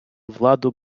владу